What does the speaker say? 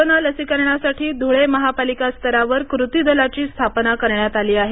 corona लशीकरणासाठी धुळे महापालिकास्तरावर कृती दलाची स्थापना करण्यात आली आहे